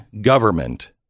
government